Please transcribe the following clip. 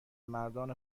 مردان